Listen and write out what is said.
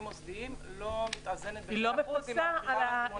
מוסדיים לא מתאזנת במאת אחוזים עם המכירה הקמעונאית.